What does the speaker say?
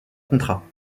contrat